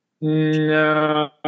No